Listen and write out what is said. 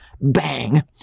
bang